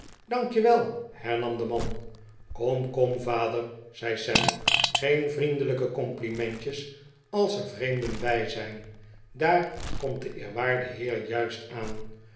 wel hernam de man kom kom vader zei sam geen vriendelijke complimentjes als er vreemden bij zijn daar komt de eerwaarde heer juist aan